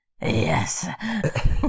Yes